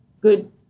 good